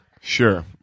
Sure